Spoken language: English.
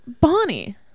Bonnie